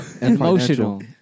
Emotional